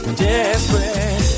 desperate